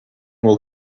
will